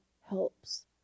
helps